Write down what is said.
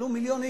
עלו מיליון איש,